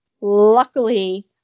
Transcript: luckily